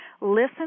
listen